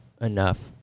enough